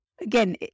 again